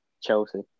Chelsea